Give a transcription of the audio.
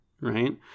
right